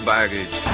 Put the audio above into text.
Baggage